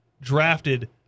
drafted